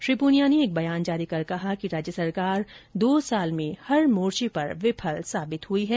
श्री पूनिया ने एक बयान जारी कर कहा कि राज्य सरकार दो साल में हर मोर्चे पर विफल साबित हुई है